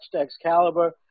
Excalibur